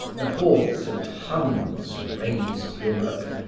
the hordes of huns razed europe,